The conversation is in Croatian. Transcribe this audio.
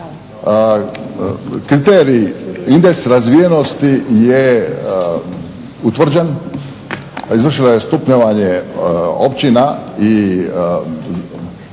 Kriterij razvijenosti je utvrđen, a izvršila je stupnjevanje općina i